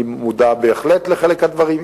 אני מודע בהחלט לחלק מהדברים,